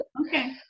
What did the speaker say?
Okay